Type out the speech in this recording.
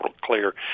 clear